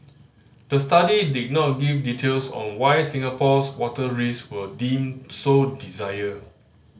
the study did not give details on why Singapore's water risk were deemed so dire